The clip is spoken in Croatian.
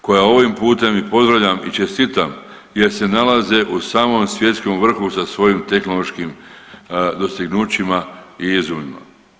Koja ovim i pozdravljam i čestitam jer se nalaze u samom svjetskom vrhu sa svojim tehnološkim dostignućima i izuzima.